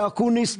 לאקוניס,